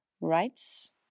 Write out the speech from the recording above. Rights